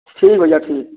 ठीक भैया ठीक